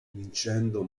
vincendo